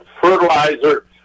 fertilizer